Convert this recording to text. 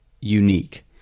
unique